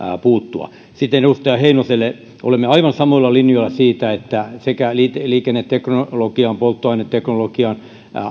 puuttua sitten edustaja heinoselle olemme aivan samoilla linjoilla siitä että liikenneteknologian polttoaineteknologian